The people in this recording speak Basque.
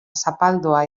zapaldua